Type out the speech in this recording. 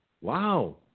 wow